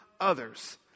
others